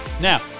Now